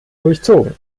durchzogen